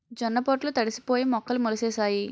జొన్న పొట్లు తడిసిపోయి మొక్కలు మొలిసేసాయి